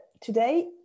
Today